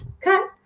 cut